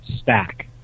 stack